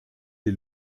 est